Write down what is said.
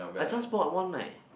I just bought one leh